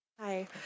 hi